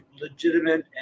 legitimate